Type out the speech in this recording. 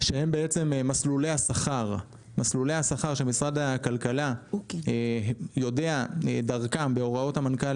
שהן מסלולי השכר שמשרד הכלכלה יודע דרכם בהוראות המנכ"ל